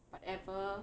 whatever